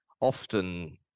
often